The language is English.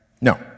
No